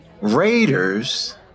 Raiders